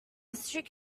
streak